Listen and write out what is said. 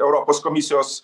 europos komisijos